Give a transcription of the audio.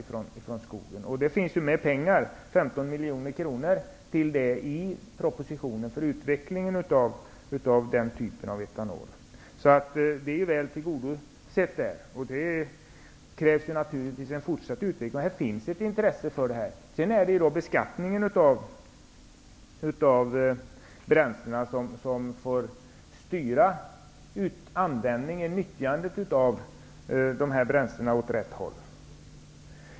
I propositionen finns det förslag om att 15 miljoner kronor skall avsättas just för utvecklingen av den här typen av etanol. Det kravet är alltså väl tillgodosett i propositionen. Naturligtvis krävs det en fortsatt utveckling. Det finns också ett intresse för dessa frågor. Sedan får beskattningen av bränslena styra nyttjandet av dessa åt rätt håll.